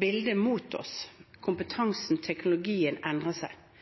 bildet mot oss – kompetansen, teknologien – endrer seg, må vi alltid måle det forsvaret vi har, mot